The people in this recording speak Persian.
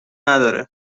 نداره